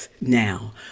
now